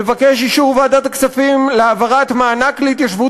מבקש את אישור ועדת הכספים להעברת מענק להתיישבות